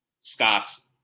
Scott's